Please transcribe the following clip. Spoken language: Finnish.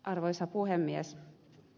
arvoisa puhemies